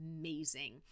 amazing